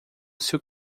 seu